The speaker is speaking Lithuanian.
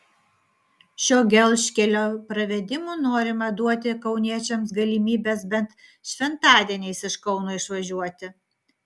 šio gelžkelio pravedimu norima duoti kauniečiams galimybes bent šventadieniais iš kauno išvažiuoti